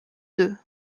deux